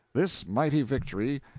this mighty victory,